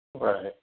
Right